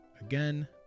again